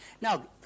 Now